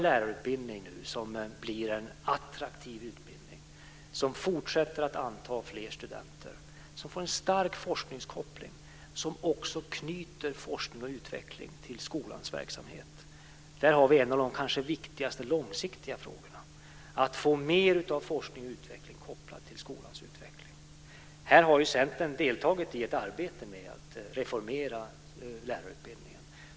Vi ska få en attraktiv lärarutbildning, som fortsätter att anta fler studenter, som får en stark forskningskoppling, som också knyter forskning och utveckling till skolans verksamhet. Där har vi kanske en av de viktigaste långsiktiga frågorna, dvs. att få mer av forskning kopplad till skolans utveckling. Här har Centern deltagit i ett arbete med att reformera lärarutbildningen.